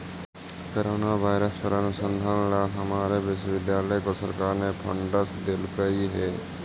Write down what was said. corona virus पर अनुसंधान ला हमारे विश्वविद्यालय को सरकार ने फंडस देलकइ हे